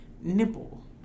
nipple